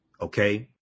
okay